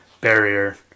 barrier